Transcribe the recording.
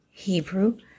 Hebrew